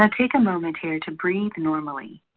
um take a moment here to breath normally.